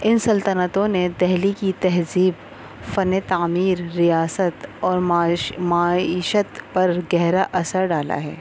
ان سلطنتوں نے دہلی کی تہذیب فن تعمیر ریاست اور معش معیشت پر گہرا اثر ڈالا ہے